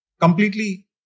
completely